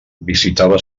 visitava